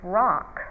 rock